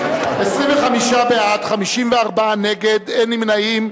25 בעד, 54 נגד, אין נמנעים.